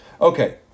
Okay